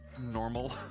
normal